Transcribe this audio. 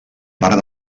part